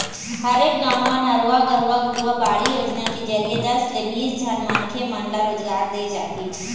हरेक गाँव म नरूवा, गरूवा, घुरूवा, बाड़ी योजना के जरिए दस ले बीस झन मनखे मन ल रोजगार देय जाही